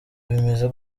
bimeze